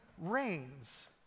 rains